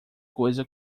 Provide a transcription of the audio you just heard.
coisa